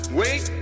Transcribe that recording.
wait